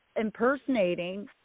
impersonating